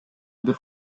бир